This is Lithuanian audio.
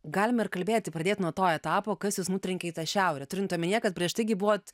galima ir kalbėti pradėt nuo to etapo kas jus nutrenkė į šiaurę turint omenyje kad prieš taigi buvot